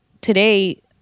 today